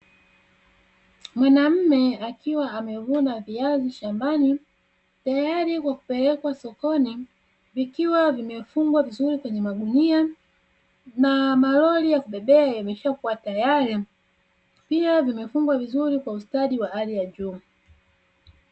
Mwanaume akiwa amevuna viazi shambani tayari kwa kupelekwa sokoni vikiwa vimefungwa kwenye magunia, na malori ya kubebea yamesha kuwa tayari pia vimefungwa vizuri kwa ustadi wa hali ya juu.